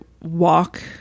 walk